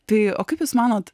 tai o kaip jūs manot